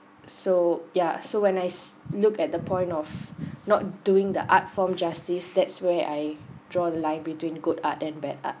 so ya so when I s~ look at the point of not doing the art form justice that's where I draw the line between good art and bad art